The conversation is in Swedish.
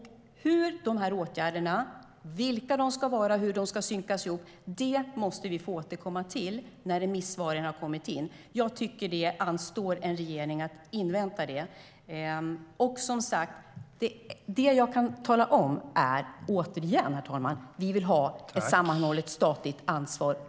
Vilka åtgärder det ska vara och hur de ska synkas ihop måste vi få återkomma till när remissvaren har kommit in. Jag tycker att det anstår en regering att invänta dem. Det jag kan tala om, återigen, herr talman, är att vi vill ha ett sammanhållet statligt ansvar.